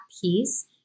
piece